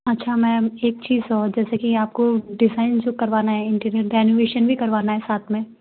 अच्छा मैम एक चीज़ और जैसे कि आपको डिज़ाइन जो करवाना है इंटीरियर रेनोवेशन भी करवाना है साथ में